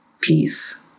peace